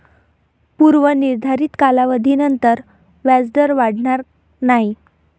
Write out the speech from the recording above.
पूर्व निर्धारित कालावधीनंतर व्याजदर वाढणार नाही